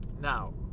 Now